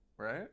Right